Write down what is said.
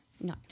No